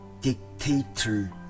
dictator